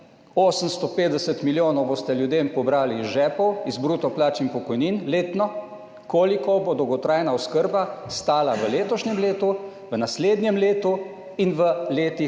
850 milijonov boste ljudem pobrali iz žepov, iz bruto plač in pokojnin letno koliko bo dolgotrajna oskrba stala v letošnjem letu, v naslednjem letu in v letih